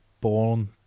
born